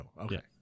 okay